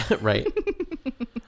Right